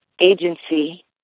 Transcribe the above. agency